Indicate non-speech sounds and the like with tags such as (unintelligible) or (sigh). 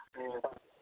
(unintelligible)